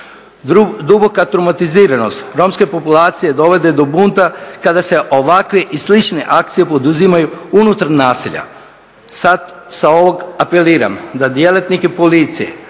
Duboka traumatiziranost romske populacije dovodi do bunta kada se ovakve i slične akcije poduzimaju unutar naselja. Sad sa ovog apeliram da djelatnike policije